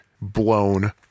blown